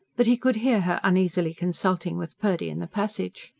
but he could hear her uneasily consulting with purdy in the passage.